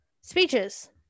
speeches